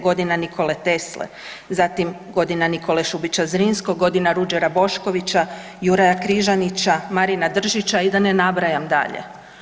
Godina Nikole Tesle“, zatim „Godina Nikole Šubića Zrinskog“, „Godina Ruđera Boškovića“, Juraja Križanića, Marina Držića i da ne nabrajam dalje.